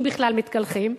אם בכלל מתקלחים.